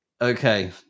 Okay